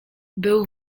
był